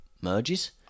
merges